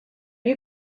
you